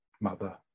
mother